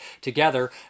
together